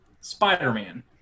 Spider-Man